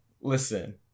listen